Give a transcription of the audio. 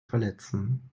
verletzen